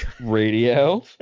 Radio